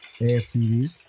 aftv